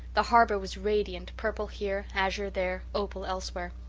the harbour was radiant, purple here, azure there, opal elsewhere.